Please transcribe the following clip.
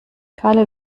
kalle